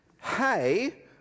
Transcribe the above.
Hey